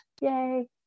Yay